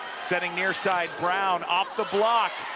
setting near side brown off the block